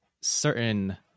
certain